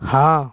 हाँ